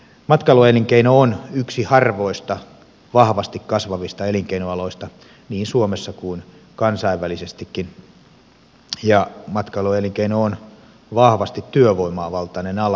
matkailuelinkeino on yksi harvoista vahvasti kasvavista elinkeinoaloista niin suomessa kuin kansainvälisestikin ja matkailuelinkeino on vahvasti työvoimavaltainen ala